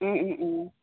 ओम Om ओम